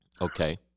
Okay